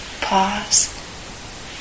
Pause